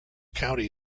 county